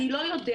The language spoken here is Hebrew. אני לא יודע,